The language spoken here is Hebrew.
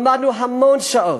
למדנו המון שעות,